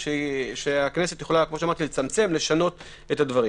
שהכנסת יכולה לצמצם ולשנות את הדברים.